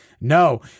No